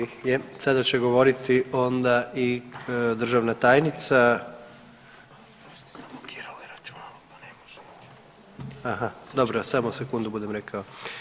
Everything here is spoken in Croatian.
Je, sada će govoriti onda i državna tajnica … [[Upadica se ne razumije.]] aha, samo sekundu budem rekao.